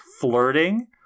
flirting